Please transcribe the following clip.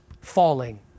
falling